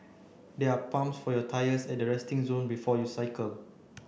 there are pumps for your tyres at the resting zone before you cycle